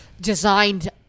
designed